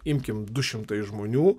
imkim du šimtai žmonių